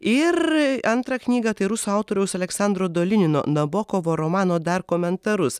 ir antrą knygą tai rusų autoriaus aleksandro dolinino nabokovo romano dar komentarus